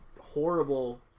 horrible